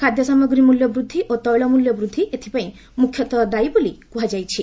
ଖାଦ୍ୟସାମଗ୍ରୀ ମୂଲ୍ୟ ବୃଦ୍ଧି ଓ ତୈଳ ମୂଲ୍ୟବୃଦ୍ଧି ଏଥିପାଇଁ ମୁଖ୍ୟତଃ ଦାୟି ବୋଲି କୁହାଯାଉଛି